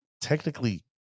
technically